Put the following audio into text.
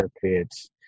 pits